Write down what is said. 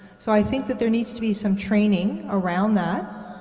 so i think that there needs to be some training around that.